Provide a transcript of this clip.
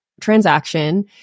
transaction